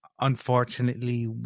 Unfortunately